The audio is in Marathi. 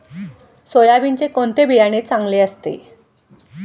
सोयाबीनचे कोणते बियाणे चांगले असते?